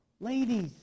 Ladies